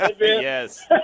Yes